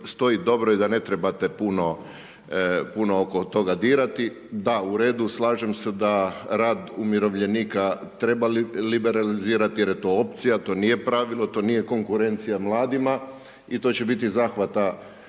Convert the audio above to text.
stoji dobro i da ne trebate puno oko toga dirati. Da u redu, slažem se da rad umirovljenika treba liberalizirati jer je to opcija, to nije pravilo, to nije konkurencija mladima i to će biti zahvata